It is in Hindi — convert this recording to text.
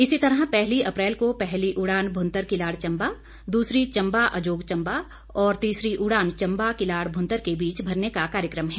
इसी प्रकार पहली अप्रैल को पहली उड़ान भुंतर किलाड़ चम्बा दूसरी चम्बा अजोग चम्बा और तीसरी उड़न चम्बा किलाड़ भुंतर के बीच भरने का कार्यक्रम है